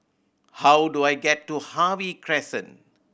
how do I get to Harvey Crescent